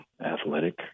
athletic